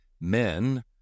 Men